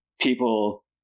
people